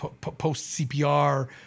post-CPR